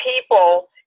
people